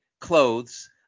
clothes